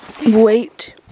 Wait